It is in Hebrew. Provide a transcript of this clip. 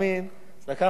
לקח עוד חודש